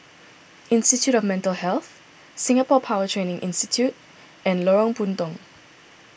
Institute of Mental Health Singapore Power Training Institute and Lorong Puntong